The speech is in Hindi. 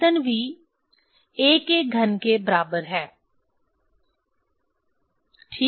आयतन v a के घन के बराबर है ठीक